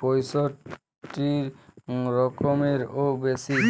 পঁয়তিরিশ রকমেরও বেশি